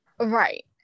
Right